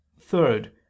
Third